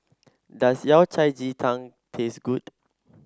does Yao Cai Ji Tang taste good